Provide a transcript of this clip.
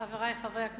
חברי חברי הכנסת,